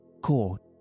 caught